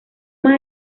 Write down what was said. más